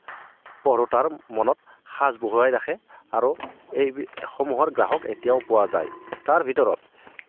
পঢ়োতাৰ মনত সাঁচ বহুৱাই ৰাখে আৰু এইসমূহৰ গ্ৰাহক এতিয়াও পোৱা যায় তাৰ ভিতৰত